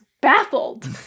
baffled